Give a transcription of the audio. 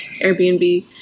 Airbnb